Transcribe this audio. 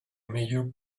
major